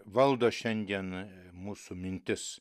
valdo šiandien mūsų mintis